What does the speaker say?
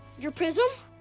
your prism?